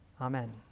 Amen